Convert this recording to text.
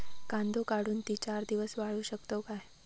कांदो काढुन ती चार दिवस वाळऊ शकतव काय?